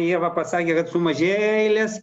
ieva pasakė kad sumažėjo eilės